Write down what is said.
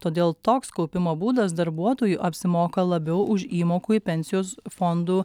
todėl toks kaupimo būdas darbuotojui apsimoka labiau už įmokų į pensijos fondų